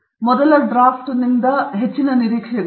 ಮತ್ತು ಮೊದಲ ಡ್ರಾಫ್ಟ್ನ ಹೆಚ್ಚಿನ ನಿರೀಕ್ಷೆಗಳು